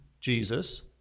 Jesus